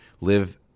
live